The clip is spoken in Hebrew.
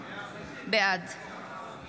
בעד